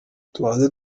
tubanze